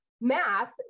math